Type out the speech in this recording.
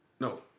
No